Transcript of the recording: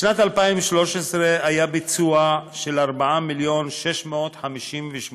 בשנת 2013 היה ביצוע של 4 מיליון ו-658,000.